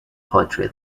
poetry